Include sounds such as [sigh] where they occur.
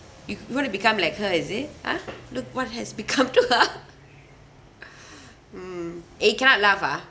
you want to become like her is it ah look what has become to her [laughs] mm eh can't laugh ah